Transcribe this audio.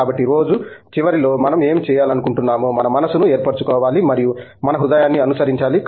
కాబట్టి రోజు చివరిలో మనం ఏమి చేయాలనుకుంటున్నామో మన మనస్సును ఏర్పరచుకోవాలి మరియు మన హృదయాన్ని అనుసరించాలి